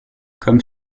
comme